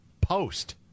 Post